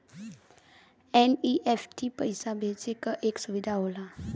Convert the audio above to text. NEFT पइसा भेजे क एक सुविधा होला